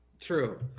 True